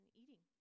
eating